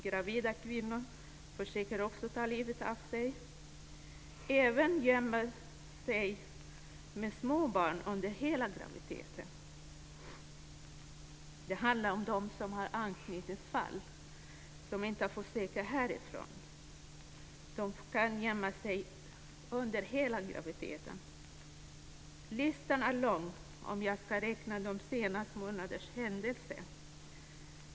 Gravida kvinnor försöker också ta livet av sig eller gömmer sig med små barn under hela graviditeten. Det handlar om dem som har anknytningsfall, som inte har fått söka härifrån. De kan gömma sig under hela graviditeten. Listan blir lång om jag ska räkna upp de senaste månadernas händelser.